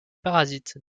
parasites